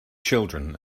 children